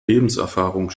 lebenserfahrung